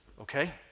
okay